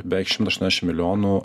beveik šimtas aštuoniasdešim milijonų